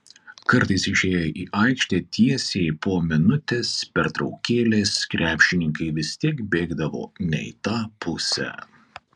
kartais išėję į aikštę tiesiai po minutės pertraukėlės krepšininkai vis tiek bėgdavo ne į tą pusę